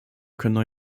können